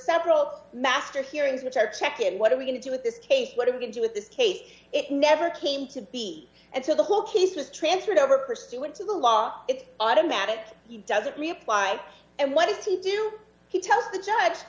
several master hearings which are checking what are we going to do with this case what are you going to do with this case it never came to be until the whole case was transferred over pursuant to the law it's automatic he doesn't reply and what does he do he tells the judge